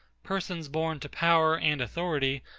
persons born to power and authority,